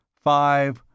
five